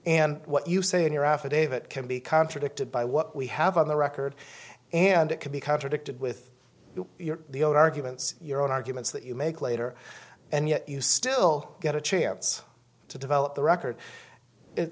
and what you say in your affidavit can be contradicted by what we have on the record and it could be contradicted with the old arguments your own arguments that you make later and yet you still get a chance to develop the record it